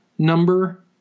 number